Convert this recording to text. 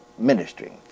ministry